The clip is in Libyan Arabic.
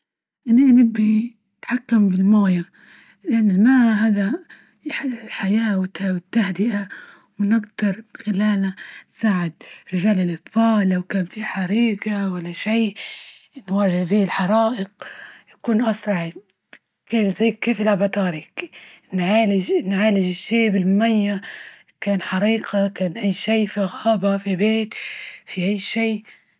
أنا نبغي التحكم بالموية، لإن الماء هذا يحلل الحياة، والت-التهدئة ونقدر خلالة نساعد رجال الإطفاء، لو كان في حريجة ولا شي نواجه ،زي الحرائق يكون أسرع.......... كيف الأفتار هكي نعالج -نعالج الشئ بالمية كان حريقة كان أش شئ في غابة في بيت في أي شي.